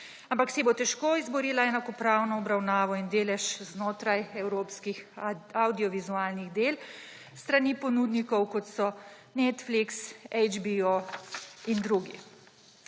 ampak si bo težko izborila enakopravno obravnavo in delež znotraj evropskih avdiovizualnih del s strani ponudnikov, kot so Netflix, HBO in drugi.